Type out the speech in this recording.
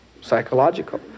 psychological